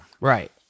Right